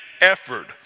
effort